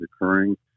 occurring